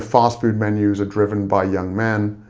fast-food menus are driven by young men.